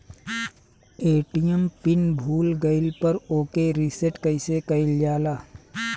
ATM pin भूल गईल पर ओके रीसेट कइसे कइल जाला?